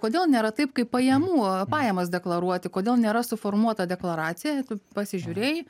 kodėl nėra taip kaip pajamų pajamas deklaruoti kodėl nėra suformuota deklaracija pasižiūrėjai